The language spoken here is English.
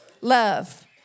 Love